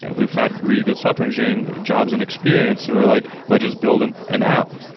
and we've had really good software engineering jobs and experience and we're like, let's just build an an app.